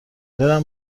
دلم